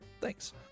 Thanks